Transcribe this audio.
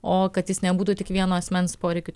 o kad jis nebūtų tik vieno asmens poreikių